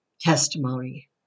testimony